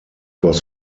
was